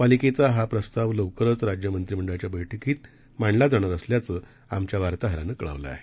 पालिकेचाहाप्रस्तावलवकरचराज्यमंत्रीमंडळाच्याबैठकीतमांडलाजाणारअसल्याचंआमच्यावार्ताहरानंकळवलंआहे